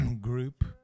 group